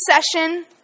session